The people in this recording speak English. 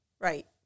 Right